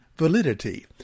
validity